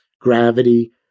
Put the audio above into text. gravity